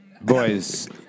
Boys